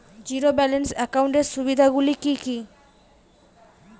Zero balance একাউন্টের সুবিধা গুলি কি কি?